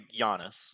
Giannis